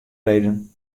reden